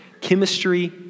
Chemistry